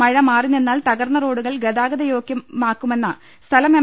മഴ മാറിനിന്നാൽ തകർന്ന റോഡുകൾ ഗതാഗത യോഗ്യമാക്കുമെന്ന സ്ഥലം എം